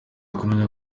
kumenya